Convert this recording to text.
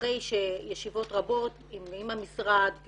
אחרי ישיבות רבות עם המשרד,